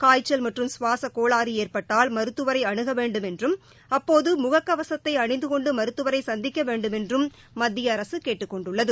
காய்ச்சல் மற்றும் சுவாசக் கோளாறு ஏற்பட்டால் மருத்துவரை அனுக வேண்டும் என்றும் அப்போது முகக்கவசத்தை அணிந்து கொண்டு மருத்துவரை சந்திக்க வேண்டுமென்றும் மத்திய அரசு கேட்டுக் கொண்டுள்ளது